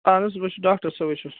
اَہَن حظ بہٕ چھُس ڈاکٹر صٲبٕے چھُس